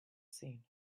seen